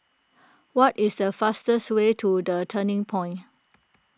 what is the fastest way to the Turning Point